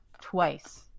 twice